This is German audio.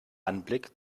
anblick